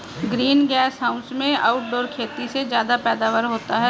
green gas house में outdoor खेती से ज्यादा पैदावार होता है